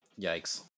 Yikes